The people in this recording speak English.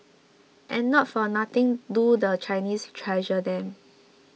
and not for nothing do the Chinese treasure them